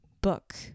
book